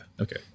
Okay